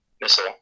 missile